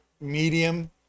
medium